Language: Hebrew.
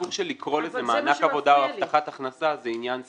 הסיפור של לקרוא לזה "מענק עבודה" או "הבטחת הכנסה" הוא עניין סמנטי.